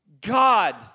God